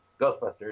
Ghostbusters